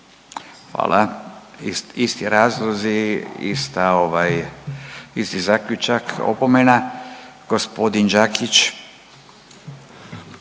Hvala. Isti razlozi isti zaključak, opomena. Gospodin Đakić.